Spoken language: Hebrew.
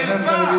הוא מפריע לי.